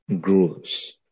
grows